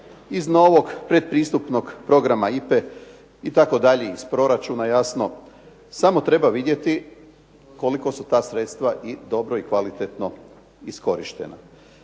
iz novog pretpristupnog programa IPA-e itd., iz proračuna jasno. Samo treba vidjeti koliko su ta sredstva i dobro i kvalitetno iskorištena.